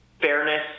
fairness